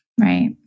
Right